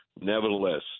nevertheless